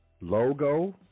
logo